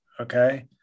Okay